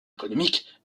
économiques